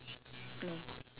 no